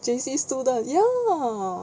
J_C student ya